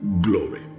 glory